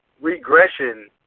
regression